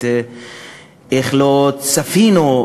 את "איך לא צפינו".